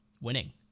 winning